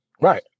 Right